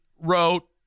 wrote